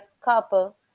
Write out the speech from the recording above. couple